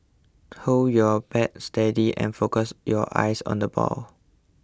hold your bat steady and focus your eyes on the ball